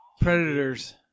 Predators